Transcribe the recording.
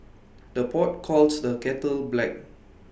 the pot calls the kettle black